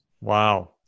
Wow